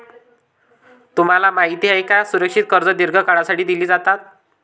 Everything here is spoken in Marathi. तुम्हाला माहित आहे का की सुरक्षित कर्जे दीर्घ काळासाठी दिली जातात?